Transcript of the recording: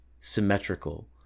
Symmetrical